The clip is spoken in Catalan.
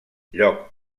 lloc